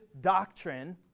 doctrine